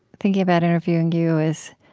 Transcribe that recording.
thinking about interviewing you is,